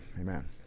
amen